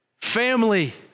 family